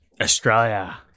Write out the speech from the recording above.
Australia